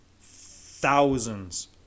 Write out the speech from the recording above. thousands